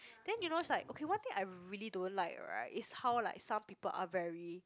then you knows like okay one thing I really don't like right is how like some people are very